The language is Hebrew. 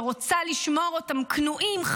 שרוצה לשמור אותם כנועים,